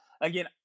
again